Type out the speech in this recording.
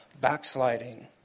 backsliding